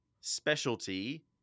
specialty